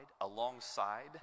alongside